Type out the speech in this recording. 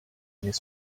his